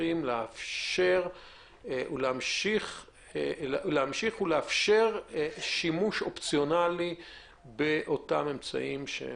צריכים להמשיך ולאפשר שימוש אופציונלי באותם האמצעים?